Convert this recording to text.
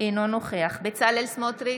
אינו נוכח בצלאל סמוטריץ'